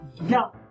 No